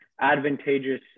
Advantageous